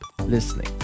listening